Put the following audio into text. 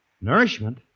Nourishment